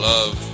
Love